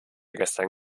gestern